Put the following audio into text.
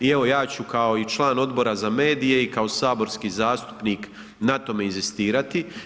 I evo ja ću kao član Odbora za medije i kao saborski zastupnik na tome inzistirati.